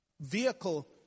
vehicle